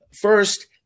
First